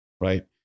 right